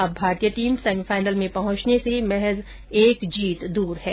अब भारतीय team semifinal में पहंचने से महज एक जीत दूर है